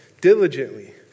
diligently